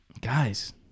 Guys